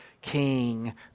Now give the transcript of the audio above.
king